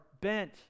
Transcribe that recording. bent